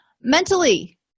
mentally